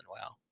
wow